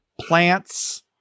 plants